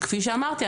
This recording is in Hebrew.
כפי שאמרתי,